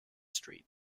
street